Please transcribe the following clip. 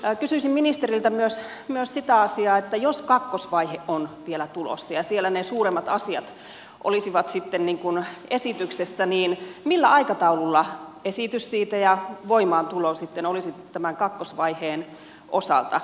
kysyisin ministeriltä myös sitä asiaa että jos kakkosvaihe on vielä tulossa ja siellä ne suuremmat asiat olisivat sitten esityksessä niin millä aikataululla esitys siitä ja voimaantulo sitten olisivat tämän kakkosvaiheen osalta